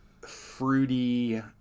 fruity